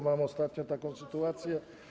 Mam ostatnio taką sytuację.